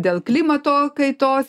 dėl klimato kaitos